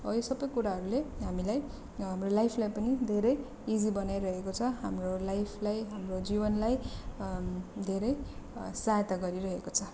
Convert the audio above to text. हो यो सबै कुराहरूले हामीलाई हाम्रो लाइफलाई पनि धेरै इजी बनाइरहेको छ हाम्रो लाइफलाई हाम्रो जीवनलाई धेरै सहायता गरिरहेको छ